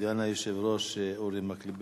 סגן היושב-ראש אורי מקלב.